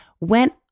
went